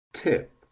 Tip